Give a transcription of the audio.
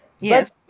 Yes